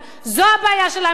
זו הבעיה של עם ישראל.